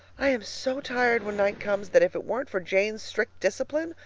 i am so tired when night comes that if it weren't for jane's strict discipline,